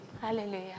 Hallelujah